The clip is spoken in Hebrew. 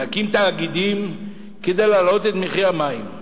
נקים תאגידים כדי להעלות את מחיר המים.